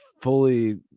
fully